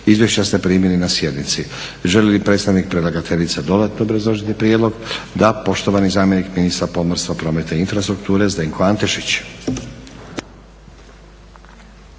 Izvješća ste primili na sjednici. Želi li predstavnik predlagateljice dodatno obrazložiti prijedlog? Da. Poštovani zamjenik ministra pomorstva, prometa i infrastrukture Zdenko Antešić.